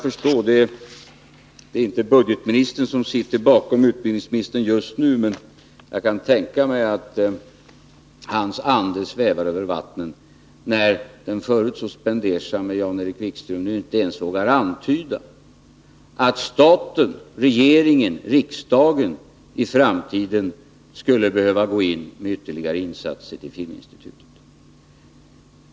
Det är inte budgetministern som sitter bakom utbildningsministern just nu, men jag kan tänka mig att hans ande svävar över vattnen när den förut så spendersamme Jan-Erik Wikström inte ens vågar antyda att staten — regeringen och riksdagen — i framtiden skulle behöva gå in med ytterligare insatser till Filminstitutet.